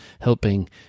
helping